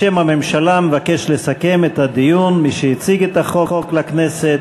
בשם הממשלה מבקש לסכם את הדיון מי שהציג את החוק לכנסת,